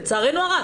לצערנו הרב.